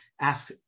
ask